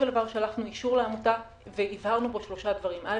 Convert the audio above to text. שלחנו אישור לעמותה שבו הבהרנו שלושה דברים: א',